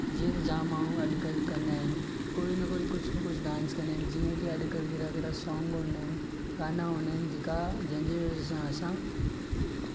जीअं जाम माण्हू अॼकल्ह कंदा आहिनि कोई न कोई कुझु न कुझु डांस कन्दा आहिनि जींअ त अॼकल्ह कहिड़ा कहिड़ा सांग हुन्दा आहिनि गाना हुन्दा आहिनि जेका जंहिंजे वज़ह सां असां